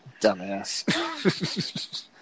Dumbass